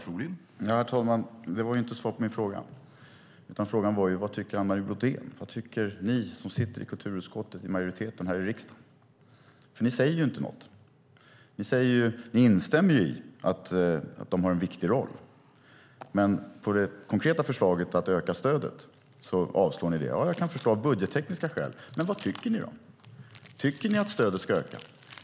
Herr talman! Det var ju inte svar på min fråga. Den frågan var: Vad tycker Anne Marie Brodén? Vad tycker ni som sitter i majoriteten i kulturutskottet här i riksdagen? Ni säger ju inte något. Ni instämmer i att de har en viktig roll, men det konkreta förslaget att öka stödet avstyrker ni. Jag kan förstå det av budgettekniska skäl, men vad tycker ni då? Tycker ni att stödet ska öka?